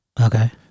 Okay